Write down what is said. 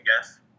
guess